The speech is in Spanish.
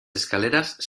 escaleras